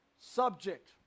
subject